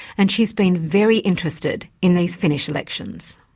and she's been very interested in these finnish elections.